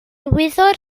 wyddor